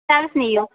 ने येऊ